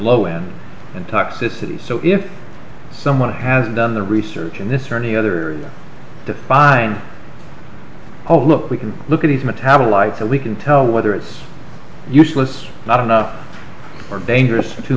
low end and toxicity so if someone has done the research in this or any other defying hole look we can look at these metabolites and we can tell whether it's useless not enough or dangerous too